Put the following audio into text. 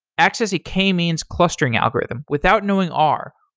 access a k-means clustering algorithm without knowing r,